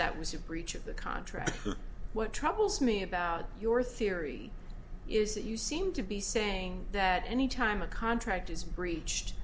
that was a breach of the contract what troubles me about your theory is that you seem to be saying that anytime a contract is breached